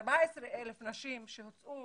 14 אלף נשים שהוצאו